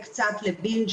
אתמול.